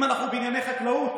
אם אנחנו בענייני חקלאות,